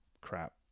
crap